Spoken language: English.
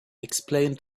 explained